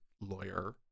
lawyer